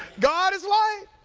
god is light.